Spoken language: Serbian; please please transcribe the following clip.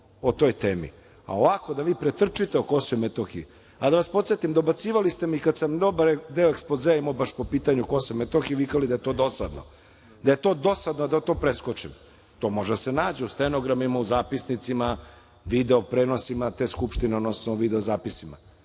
o toj temi, a ovako, da vi pretrčite o KiM…Da vas podsetim, dobacivali ste mi kad sam dobar deo ekspozea imao baš o pitanju KiM i vikali da je to dosadno. Da je to dosadno, da to preskočim. To može da se nađe u stenogramima, u zapisnicima, video prenosima te skupštine, odnosno video zapisima.